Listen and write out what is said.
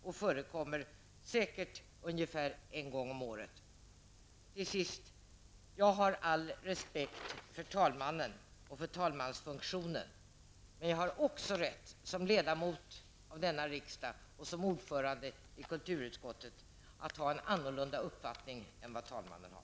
Det förekommer säkert ungefär en gång om året. Till sist: Jag har all respekt för talmannen och talmansfunktionen, men som ledamot av denna riksdag och som ordförande i kulturutskottet har jag också rätt att ha en annan uppfattning än den talmannen har.